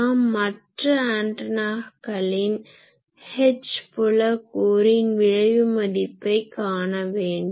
நாம் மற்ற ஆன்டனாகளின் H புல கூறின் விழைவு மதிப்பை காண வேண்டும்